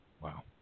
Wow